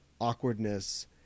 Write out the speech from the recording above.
awkwardness